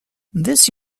this